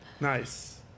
Nice